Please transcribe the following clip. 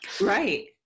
Right